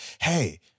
hey